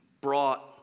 brought